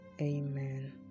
Amen